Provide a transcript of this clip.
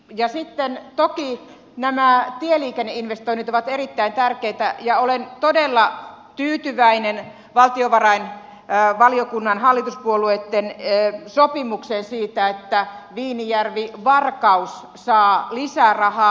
ja sitten toki nämä tieliikenneinvestoinnit ovat erittäin tärkeitä ja olen todella tyytyväinen valtiovarainvaliokunnan hallituspuolueitten sopimukseen siitä että viininjärvivarkaus saa lisää rahaa